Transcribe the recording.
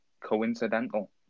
coincidental